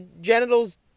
genitals